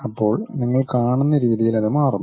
അപ്പോൾ നിങ്ങൾ കാണുന്ന രീതിയിൽ അത് മാറുന്നു